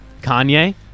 Kanye